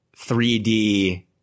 3D